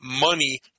money